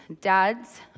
dads